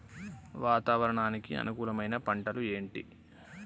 వాతావరణానికి అనుకూలమైన పంటలు ఏంటి?